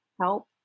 help